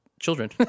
children